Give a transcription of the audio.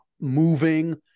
moving